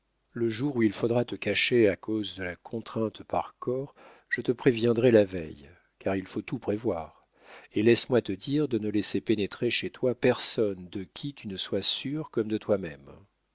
le jour où il faudra te cacher à cause de la contrainte par corps je te préviendrai la veille car il faut tout prévoir et laisse-moi te dire de ne laisser pénétrer chez toi personne de qui tu ne sois sûr comme de toi-même